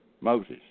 Moses